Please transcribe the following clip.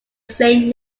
same